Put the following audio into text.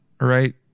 right